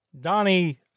donnie